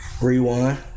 rewind